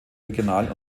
regional